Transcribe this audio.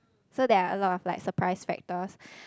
so there are a lot of like surprise factors